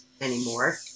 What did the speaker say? anymore